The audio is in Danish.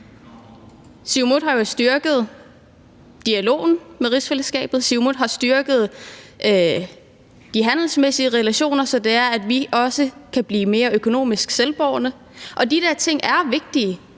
Siumut har styrket dialogen med rigsfællesskabet. Siumut har styrket de handelsmæssige relationer, så vi også kan blive mere økonomisk selvbærende. De ting er vigtige,